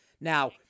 Now